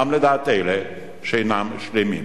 גם לדעת אלה שאינם שלמים